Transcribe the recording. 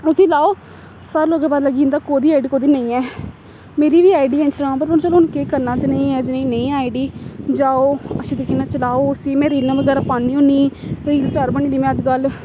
उसी लाओ सारें लोकें पता लग्गी जंदा कोह्दी आई डी कोह्दी नेईं ऐ मेरी बी आई डी ऐ इंस्टाग्राम पर हून चलो हून केह् करना जनेही ऐ जनेही नेईं आईडी जाओ अच्छे तरीके कन्नै चलाओ उसी में रीलां बगैरा पान्नी होन्नी रील स्टार बनी दी में अज्जकल